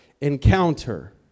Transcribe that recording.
encounter